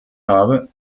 habe